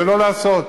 לא לעשות.